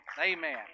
Amen